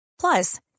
Plus